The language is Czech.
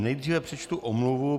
Nejdříve přečtu omluvu.